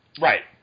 Right